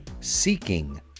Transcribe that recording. seeking